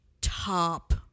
top